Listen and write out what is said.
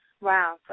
Wow